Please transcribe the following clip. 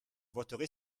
voterai